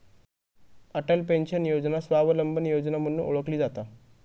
Atal pension योजना स्वावलंबन योजना म्हणूनही ओळखली जाता